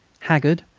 haggard,